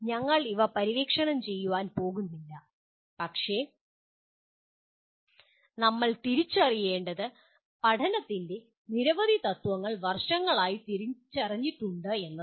ഞങ്ങൾ ഇവ പര്യവേക്ഷണം ചെയ്യാൻ പോകുന്നില്ല പക്ഷേ നമ്മൾ തിരിച്ചറിയേണ്ടത് പഠനത്തിൻ്റെ നിരവധി തത്ത്വങ്ങൾ വർഷങ്ങളായി തിരിച്ചറിഞ്ഞിട്ടുണ്ട് എന്നതാണ്